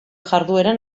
jarduera